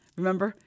remember